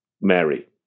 Mary